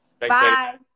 Bye